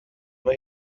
mae